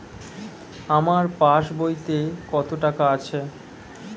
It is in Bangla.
আমার পাস বইতে কত টাকা আছে?